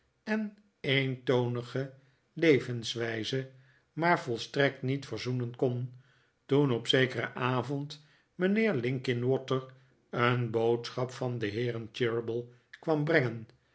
en eentonige levenswijze maar volstrekt niet verzoenen kon toen op zekeren avond mijnheer linkinwater een boodschap van de heeren cheeryble kwam brengen